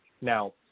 Now